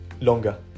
longer